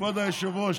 כבוד היושב-ראש,